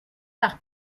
par